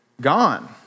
gone